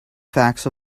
facts